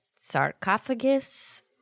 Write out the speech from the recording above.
sarcophagus